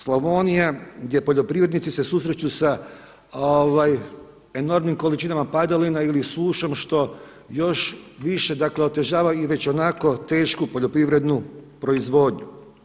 Slavonija gdje poljoprivrednici se susreću sa enormnim količinama padalina ili sušom što još više, dakle otežava ionako tešku poljoprivrednu proizvodnju.